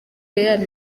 real